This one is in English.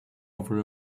over